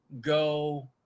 go